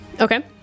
Okay